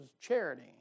charity